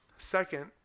Second